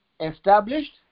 established